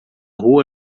rua